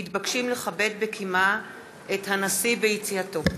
מתבקשים לכבד בקימה את הנשיא ביציאתו.